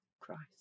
Christ